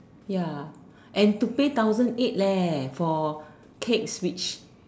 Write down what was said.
ya and to pay thousand eight leh for cakes which